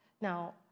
Now